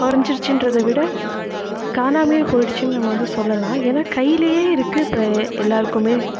கொறைஞ்சிருச்சின்றத விட காணாமையே போயிடுச்சுன்னு நம்ம வந்து சொல்லலாம் ஏன்னா கையிலேயே இருக்குது இப்போ எல்லோருக்குமே